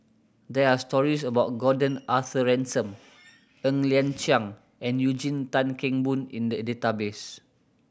there are stories about Gordon Arthur Ransome Ng Liang Chiang and Eugene Tan Kheng Boon in the database